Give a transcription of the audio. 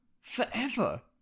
Forever